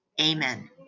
Amen